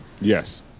yes